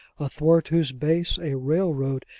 athwart whose base a railroad,